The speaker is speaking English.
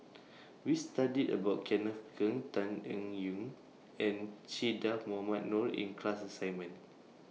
We studied about Kenneth Keng Tan Eng Yoon and Che Dah Mohamed Noor in class assignment